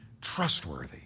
trustworthy